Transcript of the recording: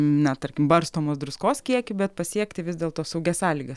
na tarkim barstomos druskos kiekį bet pasiekti vis dėlto saugias sąlygas